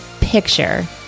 picture